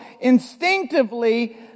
instinctively